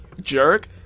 jerk